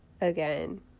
again